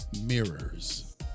Mirrors